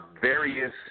various